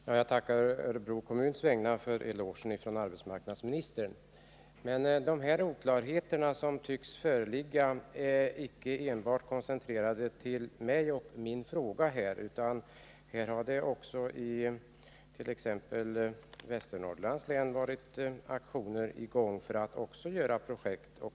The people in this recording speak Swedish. Herr talman! Jag tackar på Örebro kommuns vägnar för elogen från arbetsmarknadsministern. De oklarheter som tycks föreligga är inte enbart koncentrerade till det som jag tagit upp i min fråga. Även i t.ex. Västernorrlands län har det varit aktioner för att sätta i gång projekt.